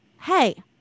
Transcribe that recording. hey